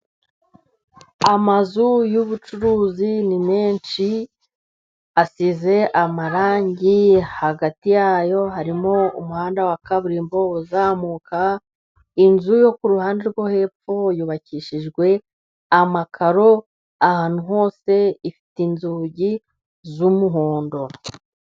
Amazu y'ubucuruzi ni menshi asize amarangi. Hagati yayo harimo umuhanda wa kaburimbo uzamuka. Inzu yo kuruhande rwo hepfo y'ubakishijwe amakaro , ahantu hose ifite inzugi z'umuhondo.